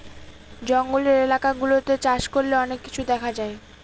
জঙ্গলের এলাকা গুলাতে চাষ করলে অনেক কিছু দেখা যায়